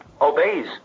obeys